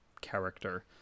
character